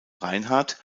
reinhard